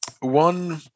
one